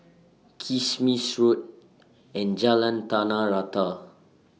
Kismis Road and Jalan Tanah Rata